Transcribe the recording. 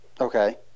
Okay